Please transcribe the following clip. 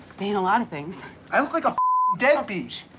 paid a lot of things i look like a deadbeat